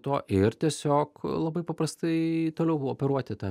tuo ir tiesiog labai paprastai toliau operuoti ta